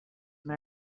and